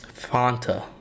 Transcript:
Fanta